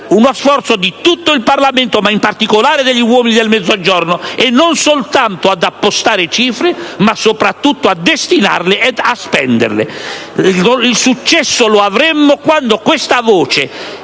uno sforzo di tutto il Parlamento, ma in particolare degli uomini del Mezzogiorno, non soltanto per appostare cifre, ma soprattutto per destinarle e spenderle. Il successo lo avremo quando questa voce,